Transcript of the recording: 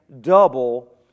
double